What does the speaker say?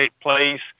place